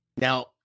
Now